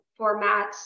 formats